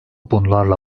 bunlarla